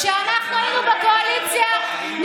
ככה את דואגת לציונות הדתית?